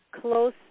close